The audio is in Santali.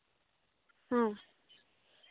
ᱦᱮᱸ